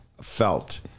felt